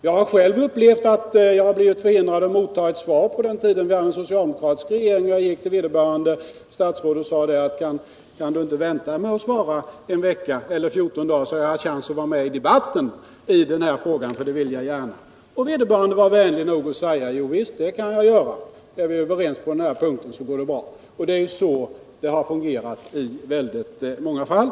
Jag har själv upplevt på den tiden då vi hade socialdemokratisk regering att jag blivit förhindrad att motta ett svar. Jag gick då till vederbörande statsråd och sade: Kan du inte vänta med att svara en vecka eller 14 dagar, så att jag har chans att vara med i debatten? Vederbörande var vänlig nog att säga: Ja visst, det kan jag göra. Är vi överens på den punkten så går det bra. Det är så det har fungerat i väldigt många fall.